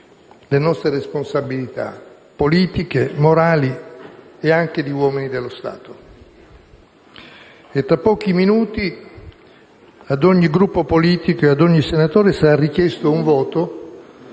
le nostre responsabilità, politiche, morali e anche di uomini dello Stato. Tra pochi minuti ad ogni Gruppo politico e ad ogni senatore sarà richiesto un voto,